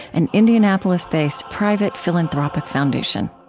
an indianapolis-based, private philanthropic foundation